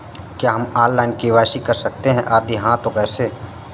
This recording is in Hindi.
क्या हम ऑनलाइन के.वाई.सी कर सकते हैं यदि हाँ तो कैसे?